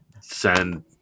send